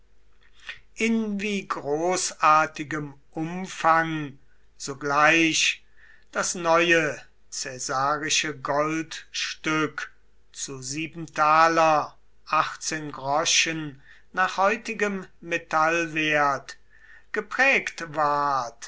in wie großartigem umfang sogleich das neue caesarische goldstück zu nach heutigem metallwert geprägt ward